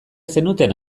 zenuten